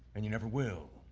and you never will,